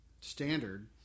standard